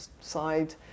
side